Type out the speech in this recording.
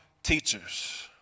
Teachers